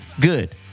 Good